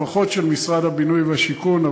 לפחות של משרד הבינוי והשיכון,